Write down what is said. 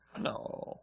No